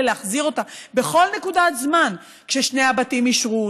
להחזיר אותה בכל נקודת זמן: כששני הבתים אישרו,